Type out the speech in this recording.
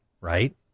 right